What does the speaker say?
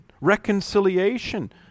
reconciliation